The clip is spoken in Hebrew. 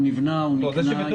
הוא נבנה, הוא נקנה.